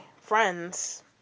friends